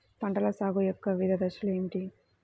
పంటల సాగు యొక్క వివిధ దశలు ఏమిటి?